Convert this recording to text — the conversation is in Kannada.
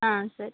ಹಾಂ ಸರಿ